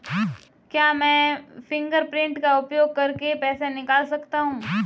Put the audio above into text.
क्या मैं फ़िंगरप्रिंट का उपयोग करके पैसे निकाल सकता हूँ?